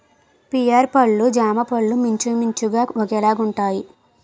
pear పళ్ళు జామపళ్ళు మించుమించుగా ఒకేలాగుంటాయి